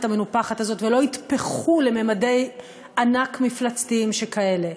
המנופחת הזאת ולא יתפחו לממדי ענק מפלצתיים כאלה.